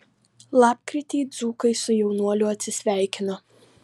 lapkritį dzūkai su jaunuoliu atsisveikino